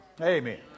Amen